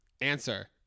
Answer